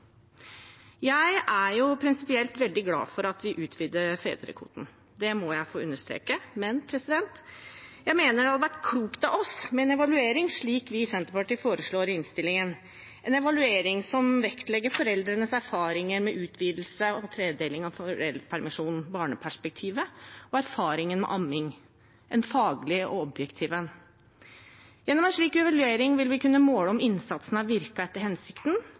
Jeg er prinsipielt veldig glad for at vi utvider fedrekvoten, det må jeg få understreke, men jeg mener det hadde vært klokt av oss med en evaluering, slik vi i Senterpartiet foreslår i innstillingen, en evaluering som vektlegger foreldrenes erfaringer med utvidelse og tredeling av foreldrepermisjonen, barneperspektivet og erfaringen med amming – en faglig og objektiv evaluering. Gjennom en slik evaluering vil vi kunne måle om innsatsen har virket etter hensikten,